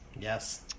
Yes